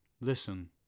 Listen